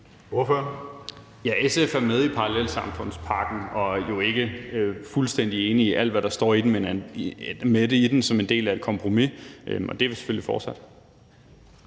SF er med i parallelsamfundspakken og jo ikke fuldstændig enig i alt, hvad der står i den, men er med i den som en del af et kompromis. Og det er vi selvfølgelig fortsat.